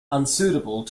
unsuitable